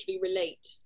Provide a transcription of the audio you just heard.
relate